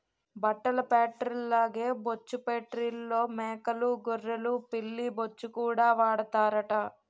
బట్టల ఫేట్రీల్లాగే బొచ్చు ఫేట్రీల్లో మేకలూ గొర్రెలు పిల్లి బొచ్చుకూడా వాడతారట